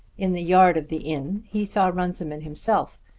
in the yard of the inn he saw runciman himself,